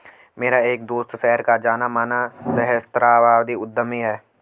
मेरा एक दोस्त शहर का जाना माना सहस्त्राब्दी उद्यमी है